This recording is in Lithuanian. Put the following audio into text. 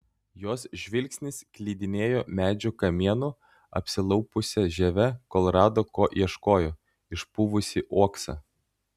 jos žvilgsnis klydinėjo medžio kamienu apsilaupiusia žieve kol rado ko ieškojo išpuvusį uoksą